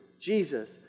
Jesus